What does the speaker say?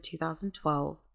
2012